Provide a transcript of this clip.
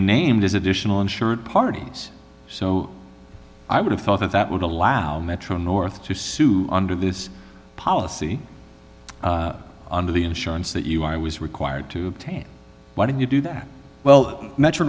named as additional insured parties so i would have thought that that would allow metro north to sue under this policy under the insurance that you i was required to obtain why did you do that well metro